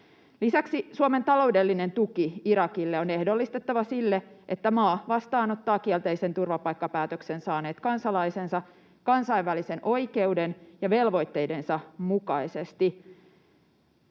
Lisäksi Suomen taloudellinen tuki Irakille on ehdollistettava sille, että maa vastaanottaa kielteisen turvapaikkapäätöksen saaneet kansalaisensa kansainvälisen oikeuden ja velvoitteidensa mukaisesti.